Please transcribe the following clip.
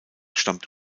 stammt